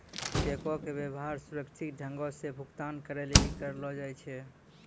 चेको के व्यवहार सुरक्षित ढंगो से भुगतान करै लेली करलो जाय छै